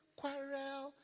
quarrel